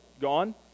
gone